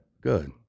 Good